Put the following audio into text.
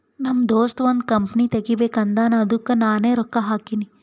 ನಮ್ ದೋಸ್ತ ಒಂದ್ ಕಂಪನಿ ತೆಗಿಬೇಕ್ ಅಂದಾನ್ ಅದ್ದುಕ್ ನಾನೇ ರೊಕ್ಕಾ ಹಾಕಿನಿ